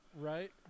right